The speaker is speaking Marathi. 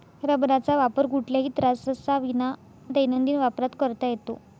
रबराचा वापर कुठल्याही त्राससाविना दैनंदिन वापरात करता येतो